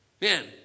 man